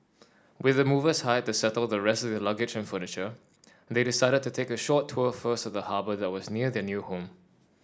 with the movers hired to settle the rest of their luggage and furniture they decided to take a short tour first of the harbour that was near their new home